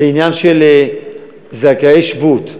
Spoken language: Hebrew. זה העניין של זכאי שבות.